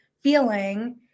feeling